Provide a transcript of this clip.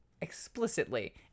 explicitly